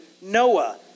Noah